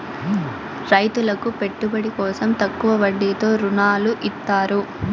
రైతులకు పెట్టుబడి కోసం తక్కువ వడ్డీతో ఋణాలు ఇత్తారు